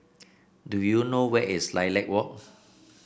do you know where is Lilac Walk